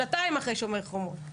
שנתיים אחרי "שומר החומות",